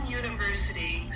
university